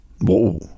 Whoa